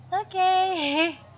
Okay